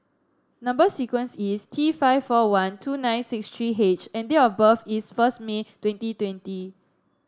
number sequence is T five four one two nine six three H and date of birth is first May twenty twenty